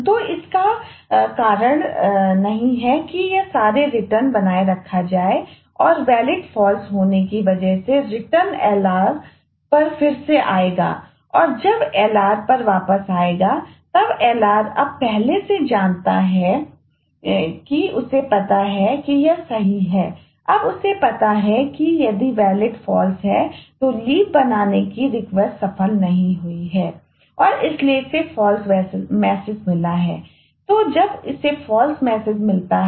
तो इसका कोई कारण नहीं है कि यह सारे रिटर्न नहीं था